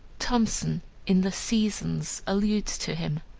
thomson in the seasons alludes to him